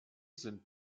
sind